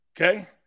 Okay